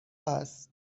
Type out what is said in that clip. است